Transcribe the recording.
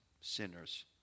sinners